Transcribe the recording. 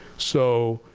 so,